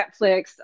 Netflix